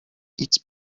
eats